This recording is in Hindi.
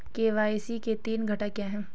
के.वाई.सी के तीन घटक क्या हैं?